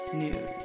news